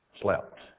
slept